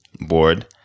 board